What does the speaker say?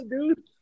dude